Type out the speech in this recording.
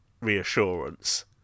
reassurance